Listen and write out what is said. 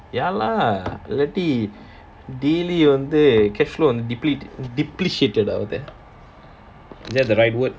ya lah இல்லாட்டி வந்து:illati wanthu cash flow cash flow deplete depreciated ah is that the right word